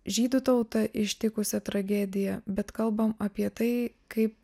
žydų tautą ištikusią tragediją bet kalbam apie tai kaip